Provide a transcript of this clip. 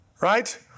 right